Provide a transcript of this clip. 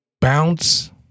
Bounce